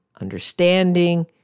understanding